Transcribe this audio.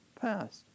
passed